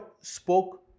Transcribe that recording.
spoke